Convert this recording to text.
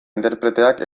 interpreteak